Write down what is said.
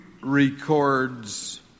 records